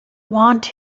want